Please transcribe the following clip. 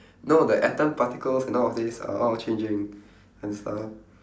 no the atom particles and all of these are all changing and stuff